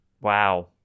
Wow